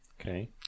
Okay